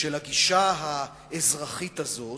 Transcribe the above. של הגישה האזרחית הזאת,